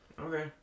Okay